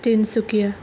Tinsukia